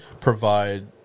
provide